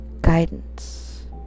guidance